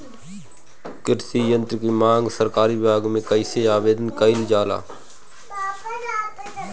कृषि यत्र की मांग सरकरी विभाग में कइसे आवेदन कइल जाला?